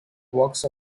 works